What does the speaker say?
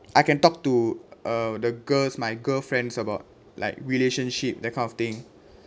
I can talk to uh the girls my girl friends about like relationship that kind of thing